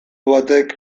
batek